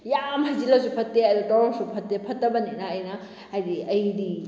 ꯌꯥꯝ ꯍꯩꯖꯤꯜꯂꯁꯨ ꯐꯠꯇꯦ ꯑꯗꯨ ꯇꯧꯔꯁꯨ ꯐꯠꯇꯦ ꯐꯠꯇꯕꯅꯤꯅ ꯑꯩꯅ ꯍꯥꯏꯕꯗꯤ ꯑꯩꯗꯤ